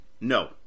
No